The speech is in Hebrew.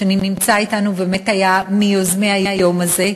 שנמצא אתנו ובאמת היה מיוזמי היום הזה.